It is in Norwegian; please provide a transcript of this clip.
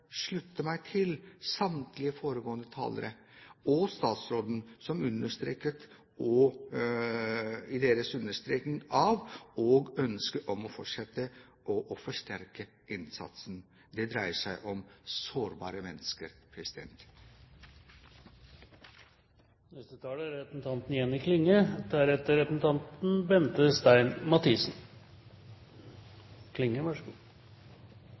slutte meg til samtlige foregående talere og statsråden i deres understreking av og ønske om å fortsette å forsterke innsatsen. Det dreier seg om sårbare mennesker. Interpellanten tek opp eit alvorleg tema som det er nødvendig å gjennomføre målretta tiltak mot. Eg er einig med representanten